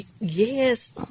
Yes